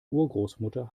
urgroßmutter